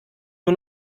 nur